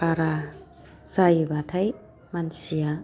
बारा जायोब्लाथाय मानसिया